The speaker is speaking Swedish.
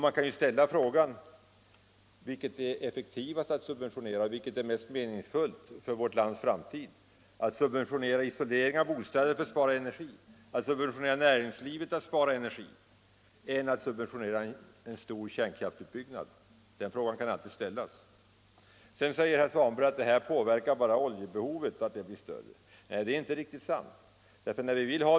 Man kan ju ställa frågan: Vilket är effektivast och mest meningsfullt för vårt lands framtid — att subventionera isolering av bostäder för att spara energi och att subventionera näringslivet för att det skall spara energi eller att subventionera en stor kärnkraftsutbyggnad? Den frågan kan och bör alltid ställas. Herr Svanberg säger slutligen att sådana subventioner bara bidrar till att öka oljebehovet. Nej, det är inte riktigt sant.